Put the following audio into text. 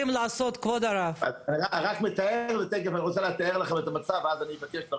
רוצה להודות לחברת הכנסת יוליה מלינובסקי.